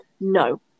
no